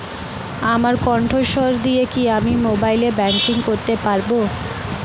আমার কন্ঠস্বর দিয়ে কি আমি মোবাইলে ব্যাংকিং করতে পারবো?